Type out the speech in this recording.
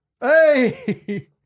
Hey